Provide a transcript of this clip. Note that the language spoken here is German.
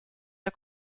der